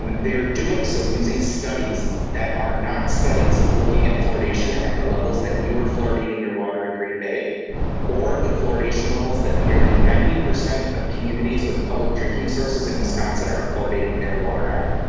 um they're doing so using studies that are not studies looking at fluoridation at the levels that you are fluoridating your water in green bay or the fluoridation levels that nearly ninety percent of communities with public drinking sources in wisconsin are fluoridating their water at.